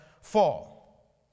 fall